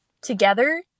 together